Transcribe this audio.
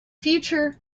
future